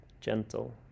gentle